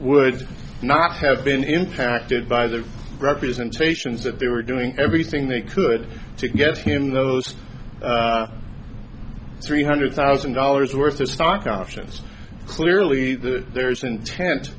would not have been impacted by the representations that they were doing everything they could to get him those three hundred thousand dollars worth of stock options clearly the there is an intent